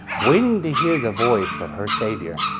waiting to hear the voice of her saviour.